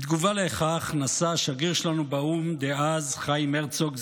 בתגובה לכך נשא השגריר שלנו באו"ם דאז חיים הרצוג,